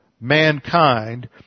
mankind